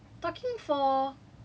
so he he was like